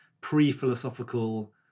pre-philosophical